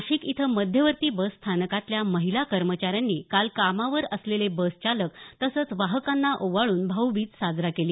नाशिक इथं मध्यवर्ती बसस्थानकातल्या महिला कर्मचाऱ्यांनी काल कामावर असलेले बसचालक तसंच वाहकांना ओवाळून भाऊबीज साजरी केली